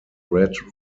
red